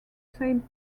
same